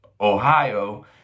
Ohio